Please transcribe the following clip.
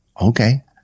Okay